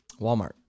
Walmart